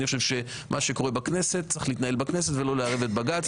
אני חושב שמה שקורה בכנסת צריך להתנהל בכנסת ולא לערב את בג"צ.